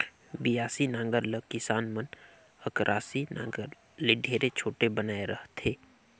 बियासी नांगर ल किसान मन अकरासी नागर ले ढेरे छोटे बनाए रहथे